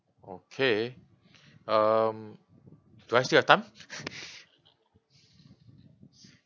okay um do I still have time